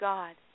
God